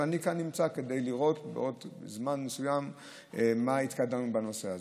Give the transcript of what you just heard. ואני כאן נמצא כדי לראות בעוד זמן מסוים כמה התקדמנו בנושא הזה.